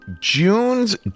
June's